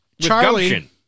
Charlie